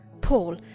Paul